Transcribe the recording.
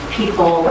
people